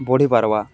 ବଢ଼ିପାର୍ବା